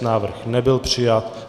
Návrh nebyl přijat.